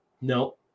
No